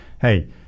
hey